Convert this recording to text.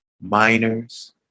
miners